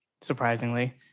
surprisingly